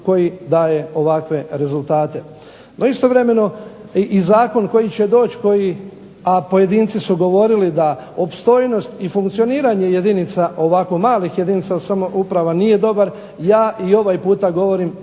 koji daje ovakve rezultate. No istovremeno i zakon koji će doći koji, a pojedinci su govorili da opstojnost i funkcioniranje jedinica, ovako malih jedinica samouprava nije dobar, ja i ovaj puta govorim